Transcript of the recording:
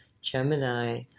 Gemini